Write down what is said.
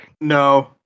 No